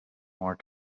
more